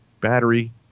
Battery